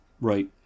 Right